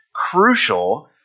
crucial